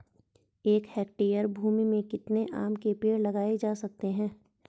एक हेक्टेयर भूमि में कितने आम के पेड़ लगाए जा सकते हैं?